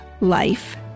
life